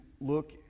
look